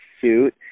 suit